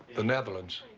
the netherlands.